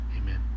Amen